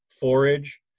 forage